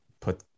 put